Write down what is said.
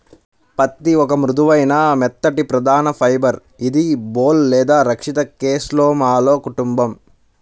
పత్తిఒక మృదువైన, మెత్తటిప్రధానఫైబర్ఇదిబోల్ లేదా రక్షిత కేస్లోమాలో కుటుంబం